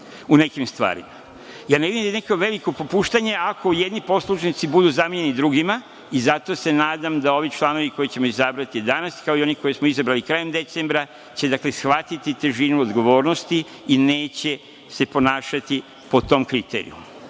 u nekim stvarima. Ja ne vidim neko veliko popuštanje, ako jedni poslušnici budu zamenjeni drugima, i zato se nadam da ovi članovi koje ćemo izabrati danas kao i one koje smo izabrali krajem decembra će shvatiti težinu odgovornosti i neće se ponašati po tom kriterijumu,